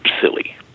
silly